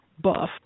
buff